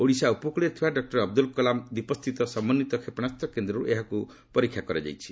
ଓଡ଼ିଶା ଉପକୂଳରେ ଥିବା ଡକ୍ଟର ଅବଦୁଲ୍ କଲାମ ଦ୍ୱୀପସ୍ଥିତ ସମନ୍ୱିତ କ୍ଷେପଣାସ୍ତ କେନ୍ଦ୍ରରୁ ଏହାକୁ ପରୀକ୍ଷା କରାଯାଇଛି